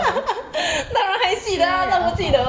四月二号